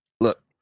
look